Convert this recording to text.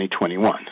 2021